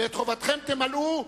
ואת חובתכם תמלאו,